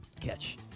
Catch